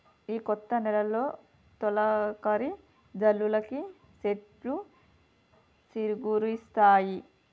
ఈ కొత్త నెలలో తొలకరి జల్లులకి సెట్లు సిగురిస్తాయి